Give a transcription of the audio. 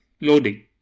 loading